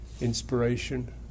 inspiration